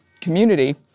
community